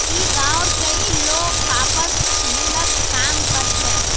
ई गांवउर कई लोग कपास मिलत काम कर छे